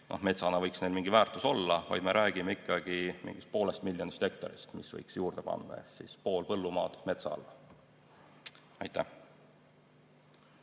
metsana võiks neil mingi väärtus olla, vaid me räägime ikkagi mingist 0,5 miljonist hektarist, mille võiks juurde panna, ehk pool põllumaad metsa alla. Riina